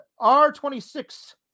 R26